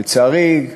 לצערי,